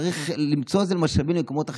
צריך למצוא לזה משאבים ממקומות אחרים.